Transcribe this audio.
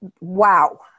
wow